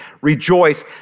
Rejoice